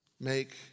Make